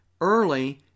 early